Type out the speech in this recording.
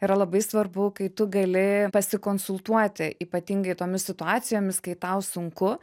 yra labai svarbu kai tu gali pasikonsultuoti ypatingai tomis situacijomis kai tau sunku